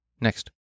Next